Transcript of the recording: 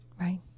Right